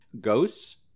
ghosts